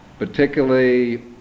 Particularly